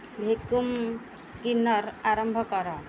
vacuum cleaner ଆରମ୍ଭ କର